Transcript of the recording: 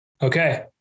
Okay